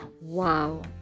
Wow